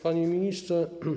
Panie Ministrze!